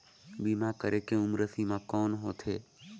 बीमा करे के उम्र सीमा कौन होथे?